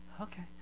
okay